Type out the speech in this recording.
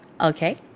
Okay